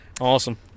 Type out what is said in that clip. Awesome